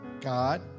God